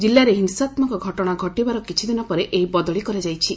ଜିଲ୍ଲାରେ ହିଂସାତ୍ମକ ଘଟଣା ଘଟିବାର କିଛିଦିନ ପରେ ଏହି ବଦଳି କରାଯାଇଛି